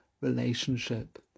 relationship